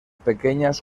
pequeñas